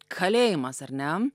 kalėjimas ar ne